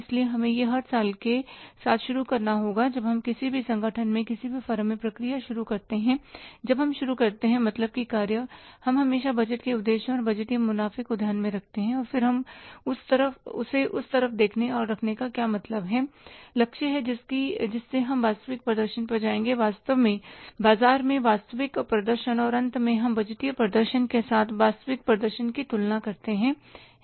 इसलिए पहले हमें हर साल के साथ शुरू करना होगा जब हम किसी भी संगठन में किसी भी फर्म में प्रक्रिया शुरू करते हैं जब हम शुरू करते हैं मतलब की कार्य हम हमेशा बजट के उद्देश्यों और बजटीय मुनाफ़े को ध्यान में रखते हैं और फिर उस उसकी तरफ देखने और रखने करने का मतलब है कि लक्ष्य है जिससे हम वास्तविक प्रदर्शन पर जाएंगे बाजार में वास्तविक प्रदर्शन और अंत में हम बजटीय प्रदर्शन के साथ वास्तविक प्रदर्शन की तुलना करते हैं है ना